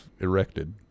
erected